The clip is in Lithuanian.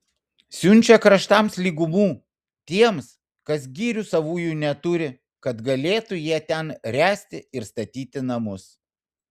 siunčia kraštams lygumų tiems kas girių savųjų neturi kad galėtų jie ten ręsti ir statyti namus